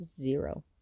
Zero